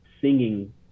singing